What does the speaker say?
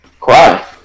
cry